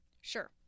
Sure